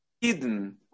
hidden